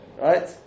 Right